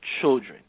children